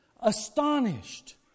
Astonished